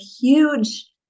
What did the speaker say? huge